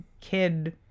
kid